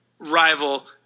rival